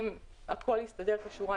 אם הכול יסתדר כשורה,